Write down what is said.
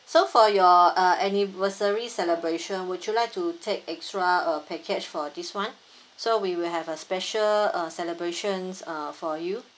so for your uh anniversary celebration would you like to take extra uh package for this one so we will have a special uh celebrations uh for you